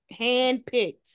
handpicked